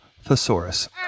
thesaurus